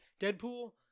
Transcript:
Deadpool